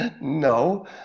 no